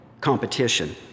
competition